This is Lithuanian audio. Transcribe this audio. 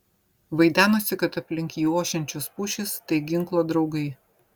vaidenosi kad aplink jį ošiančios pušys tai ginklo draugai